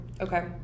Okay